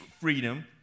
freedom